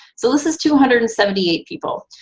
so this is two hundred and seventy eight people,